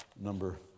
number